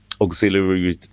auxiliary